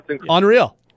unreal